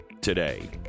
today